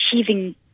achieving